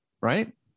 right